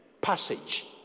passage